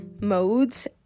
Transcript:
modes